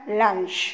lunch